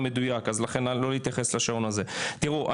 תראו,